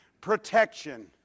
protection